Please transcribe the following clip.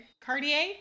Cartier